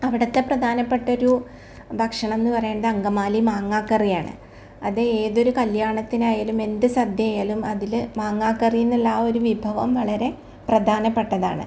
അവിടത്തെ പ്രധാനപ്പെട്ടൊരു ഭക്ഷണമെന്ന് പറയേണ്ടത് അങ്കമാലി മാങ്ങാക്കറിയാണ് അത് ഏതൊരു കല്യാണത്തിനായാലും എന്ത് സദ്യയായാലും അതില് മാങ്ങ കറി എന്നുള്ള ആ ഒര് വിഭവം വളരെ പ്രധാനപ്പട്ടതാണ്